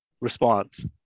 response